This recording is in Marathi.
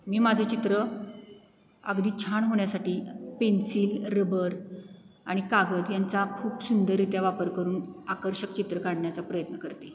मी माझं चित्र अगदी छान होण्यासाठी पेन्सिल रबर आणि कागद यांचा खूप सुंदररित्या वापर करून आकर्षक चित्र काढण्याचा प्रयत्न करते